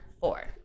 Four